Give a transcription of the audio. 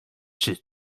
czy